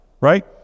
right